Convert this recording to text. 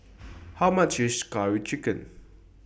How much IS Curry Chicken